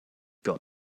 got